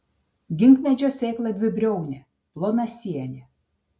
ginkmedžio sėkla dvibriaunė plonasienė